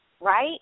right